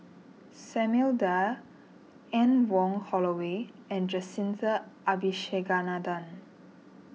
Samuel Dyer Anne Wong Holloway and Jacintha Abisheganaden